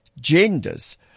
genders